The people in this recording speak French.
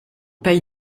paye